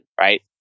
Right